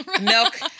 milk